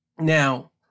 Now